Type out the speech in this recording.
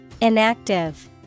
Inactive